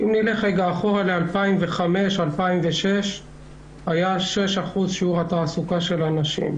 ב-2005 2006 שיעור התעסוקה של הנשים